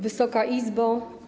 Wysoka Izbo!